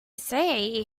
say